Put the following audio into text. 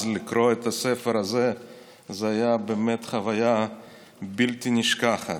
אז, לקרוא את הספר הזה היה באמת חוויה בלתי נשכחת.